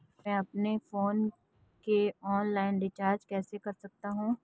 मैं अपने फोन को ऑनलाइन रीचार्ज कैसे कर सकता हूं?